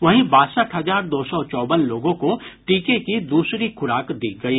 वहीं बासठ हजार दो सौ चौवन लोगों को टीके की द्रसरी खुराक दी गयी